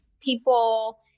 People